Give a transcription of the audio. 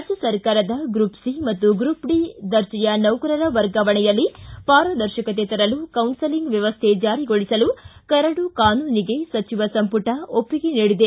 ರಾಜ್ಣ ಸರ್ಕಾರದ group B ಮತ್ತು ಗ್ರೂಪ್ ಡಿ ದರ್ಜೆಯ ನೌಕರರ ವರ್ಗಾವಣೆಯಲ್ಲಿ ಪಾರದರ್ಶಕತೆ ತರಲು ಕೌನ್ನಿಲಿಂಗ್ ವ್ಯವಸ್ಥೆ ಜಾರಿಗೊಳಿಸಲು ಕರಡು ಕಾನೂನಿಗೆ ಸಚಿವ ಸಂಪುಟ ಒಪ್ಪಿಗೆ ನೀಡಿದೆ